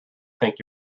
think